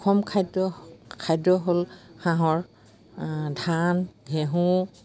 অসম খাদ্য খাদ্য হ'ল হাঁহৰ ধান ঘেঁহু